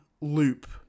loop